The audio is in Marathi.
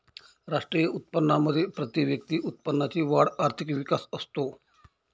राष्ट्रीय उत्पन्नामध्ये प्रतिव्यक्ती उत्पन्नाची वाढ आर्थिक विकास असतो